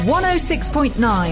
106.9